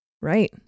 Right